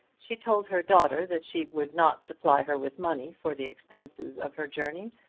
she told her daughter that she would not supply her with money for the expenses of her journey,